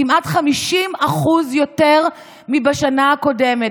כמעט 50% יותר מבשנה הקודמת.